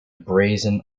brazen